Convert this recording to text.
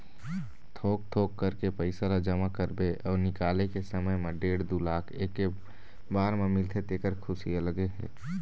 थोक थोक करके पइसा ल जमा करबे अउ निकाले के समे म डेढ़ दू लाख एके बार म मिलथे तेखर खुसी अलगे हे